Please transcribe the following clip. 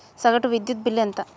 సగటు విద్యుత్ బిల్లు ఎంత?